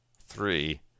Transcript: three